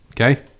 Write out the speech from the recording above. okay